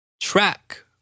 Track